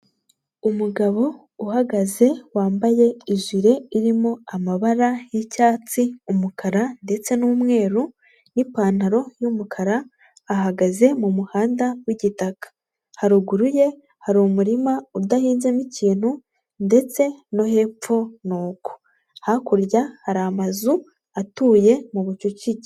Umugabo uhagaze wambaye ijire irimo amabara y'icyatsi, umukara ndetse n'umweru n'ipantaro y'umukara, ahagaze mu muhanda w'igitaka. Haruguru ye hari umurima udahinzemo ikintu ndetse no hepfo ni uko. Hakurya hari amazu atuye mu bucucike.